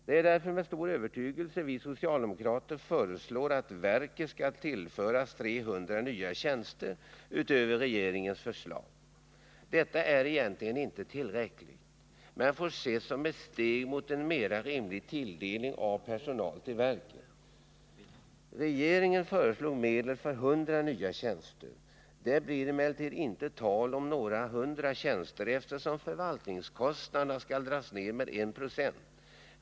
Det är därför med stor övertygelse vi socialdemokrater föreslår att arbetsmarknadsverket tillförs 300 nya tjänster utöver regeringens förslag. Detta är egentligen inte tillräckligt, men får ses som ett steg mot en mera rimlig tilldelning av personal till verket. Regeringen föreslog medel för 100 nya tjänster. Det blir emellertid inte tal om några 100 nya tjänster, eftersom förvaltningskostnaderna skall dras ned med 1 96.